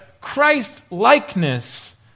Christ-likeness